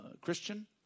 Christian